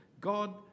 god